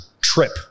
trip